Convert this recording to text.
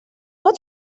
what